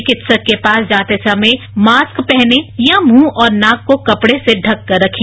चिकित्सक के पास जाते समय मास्क पहनें या मुंह और नाक को कपड़े से ढककर रखें